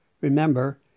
Remember